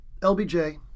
LBJ